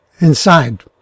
inside